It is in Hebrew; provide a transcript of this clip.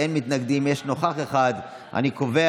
(הגנה מפני